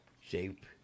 Shape